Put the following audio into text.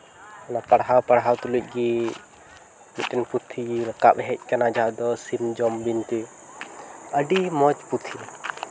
ᱚᱱᱟ ᱯᱟᱲᱦᱟᱣ ᱯᱟᱲᱦᱟᱣ ᱛᱩᱞᱩᱪ ᱜᱮ ᱢᱤᱫᱴᱮᱱ ᱯᱩᱛᱷᱤ ᱨᱟᱠᱟᱵᱽ ᱦᱮᱡᱽ ᱟᱠᱟᱱᱟ ᱡᱟᱦᱟᱸ ᱫᱚ ᱥᱤᱢ ᱡᱚᱢ ᱵᱤᱱᱛᱤ ᱟᱹᱰᱤ ᱢᱚᱡᱽ ᱯᱩᱛᱷᱤ